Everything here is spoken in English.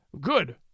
Good